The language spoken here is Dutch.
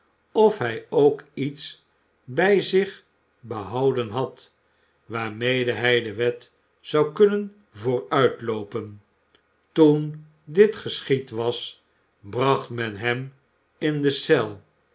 of hij ook iets bij zich behouden had waarmede hij de wet zou kunnen vooruitloopen toen dit geschied was bracht men hem in de cel